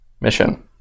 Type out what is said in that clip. mission